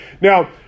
Now